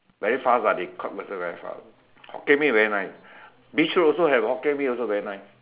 very fast [what] they cook also very fast Hokkien Mee very nice beach road also have Hokkien Mee also very nice